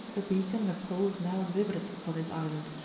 a beacon and a pole is now exhibited upon this island,